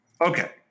Okay